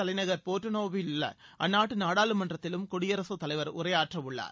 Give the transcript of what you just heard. தலைநகர் போர்ட்டோ நோவில் உள்ள அந்நாட்டு நாடாளுமன்றத்திலும் குடியரகத் தலைவர் உரையாற்றவுள்ளார்